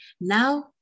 now